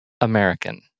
American